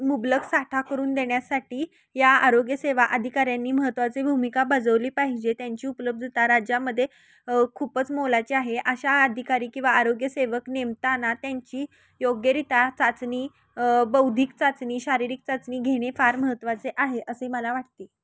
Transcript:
मुबलक साठा करून देण्यासाठी या आरोग्यसेवा आधिकाऱ्यांनी महत्त्वाची भूमिका बजवली पाहिजे त्यांची उपलब्धता राज्यामध्ये खूपच मोलाचे आहे अशा आधिकारी किंवा आरोग्यसेवक नेमताना त्यांची योग्यरित्या चाचणी बौद्धिक चाचणी शारीरिक चाचणी घेणे फार महत्त्वाचे आहे असे मला वाटते